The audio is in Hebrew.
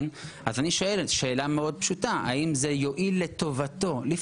אני שואל שאלה מאוד פשוטה, האם זה יואיל לטובתו?